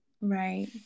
Right